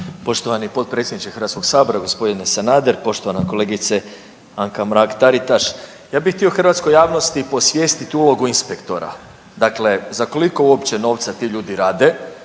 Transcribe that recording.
Poštovani potpredsjedničke HS-a gospodine Sanader, poštovana kolegice Anka Mrak Taritaš, ja bih htio hrvatskoj javnosti posvijestiti ulogu inspektora, dakle, za koliko uopće novca ti ljudi rade,